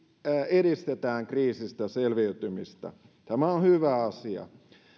edistetään kriisistä selviytymistä hyvä asia